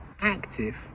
active